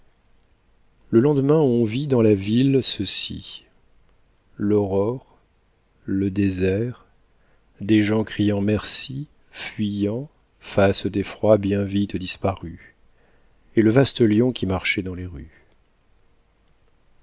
le lendemain on vit dans la ville ceci l'aurore le désert des gens criant merci fuyant faces d'effroi bien vite disparues et le vaste lion qui marchait dans les rues